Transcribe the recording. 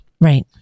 Right